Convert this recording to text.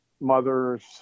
mothers